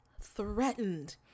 threatened